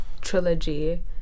trilogy